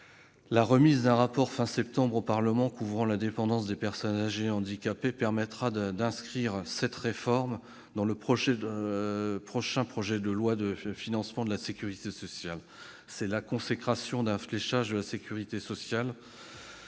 La remise, fin septembre, au Parlement d'un rapport relatif à la dépendance des personnes âgées et handicapées permettra d'inscrire cette réforme dans le prochain projet de loi de financement de la sécurité sociale. C'est la consécration d'un fléchage financier spécifique